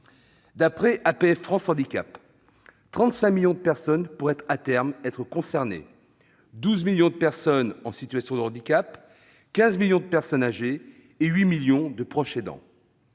D'après APF France handicap, 35 millions de personnes pourraient à terme être concernées : 12 millions de personnes en situation de handicap, 15 millions de personnes âgées et 8 millions de proches aidants.